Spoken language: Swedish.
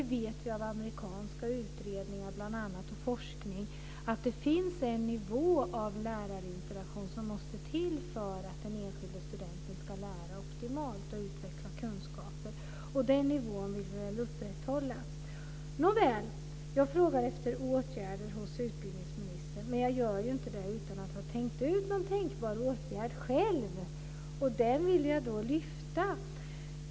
Vi vet av bl.a. amerikanska utredningar och av forskning att det finns en nivå av lärarinterakation som måste till för att den enskilde studenten ska lära optimalt och utveckla kunskaper. Den nivån vill vi väl upprätthålla? Nåväl, jag frågar utbildningsministern om åtgärder, men jag gör ju inte det utan att ha funderat ut en tänkbar åtgärd själv. Den vill jag nu lyfta fram.